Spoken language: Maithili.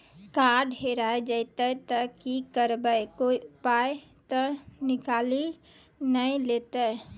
कार्ड हेरा जइतै तऽ की करवै, कोय पाय तऽ निकालि नै लेतै?